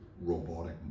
robotic